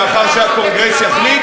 לאחר שהקונגרס יחליט?